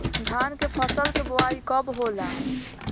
धान के फ़सल के बोआई कब होला?